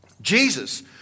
Jesus